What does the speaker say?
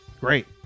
Great